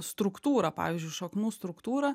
struktūrą pavyzdžiui šaknų struktūrą